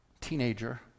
teenager